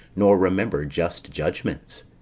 nor remember just judgments.